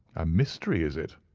a mystery is it?